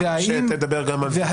והיא תדבר גם על זה.